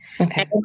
Okay